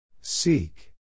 Seek